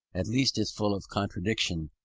at least as full of contradictions,